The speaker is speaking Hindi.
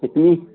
कितनी